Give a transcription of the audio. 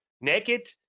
naked